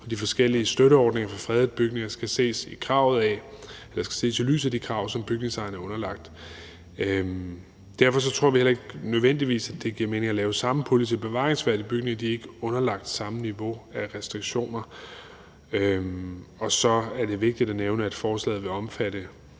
hvor de forskellige støtteordninger for fredede bygninger skal ses i lyset af de krav, som bygningsejeren er underlagt. Derfor tror vi nødvendigvis heller ikke, at det giver mening at lave samme pulje til bevaringsværdige bygninger, da de ikke er underlagt samme niveau af restriktioner. Og så er det vigtigt at nævne, at forslaget vil omfatte